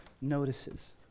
notices